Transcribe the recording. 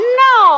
no